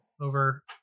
over